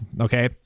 Okay